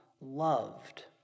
Loved